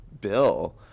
Bill